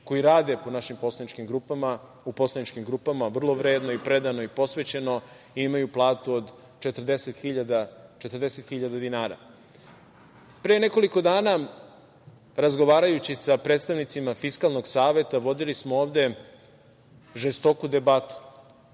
koji rade u poslaničkim grupama vrlo vredno i predano i posvećeno, imaju platu od 40.000 dinara. Pre nekoliko dana razgovarajući sa predstavnicima Fiskalnog saveta vodili smo ovde žestoku debatu.